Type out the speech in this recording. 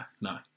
no